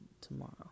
tomorrow